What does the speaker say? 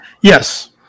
Yes